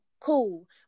Cool